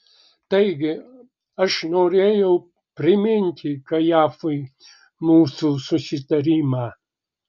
taigi aš norėjau priminti kajafui mūsų susitarimą